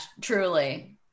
truly